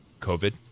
COVID